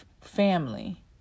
family